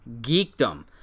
geekdom